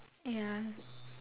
ya